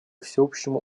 всеобщему